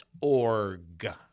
org